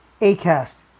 Acast